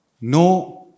No